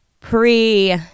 pre